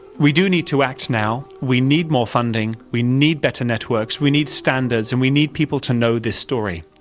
we do need to act now, we need more funding, we need better networks, we need standards, and we need people to know this story.